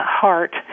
heart